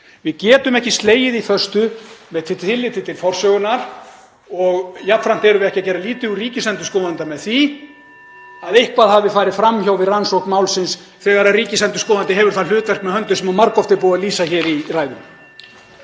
Við getum ekki slegið því föstu með tilliti til forsögunnar og jafnframt erum við ekki (Forseti hringir.) að gera lítið úr ríkisendurskoðanda með því að eitthvað hafi farið fram hjá honum við rannsókn málsins þegar ríkisendurskoðandi hefur það hlutverk með höndum sem margoft er búið að lýsa í ræðum.